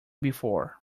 before